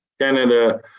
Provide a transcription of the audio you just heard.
Canada